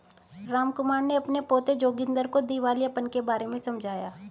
रामकुमार ने अपने पोते जोगिंदर को दिवालियापन के बारे में समझाया